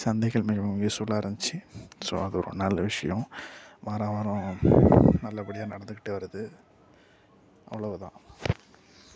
சந்தைகள் மிகவும் யூஸ் ஃபுல்லாக இருந்துச்சி ஸோ அது ஒரு நல்ல விஷயம் வாரம் வாரம் நல்லபடியாக நடந்துகிட்டு வருது அவ்வளோவு தான்